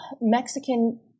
Mexican